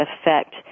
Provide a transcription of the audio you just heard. affect